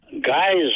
Guys